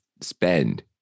spend